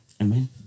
Amen